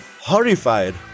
horrified